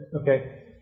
okay